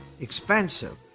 expensive